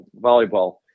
volleyball